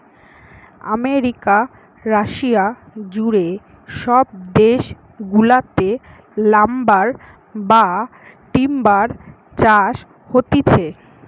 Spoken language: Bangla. আমেরিকা, রাশিয়া জুড়ে সব দেশ গুলাতে লাম্বার বা টিম্বার চাষ হতিছে